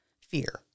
fear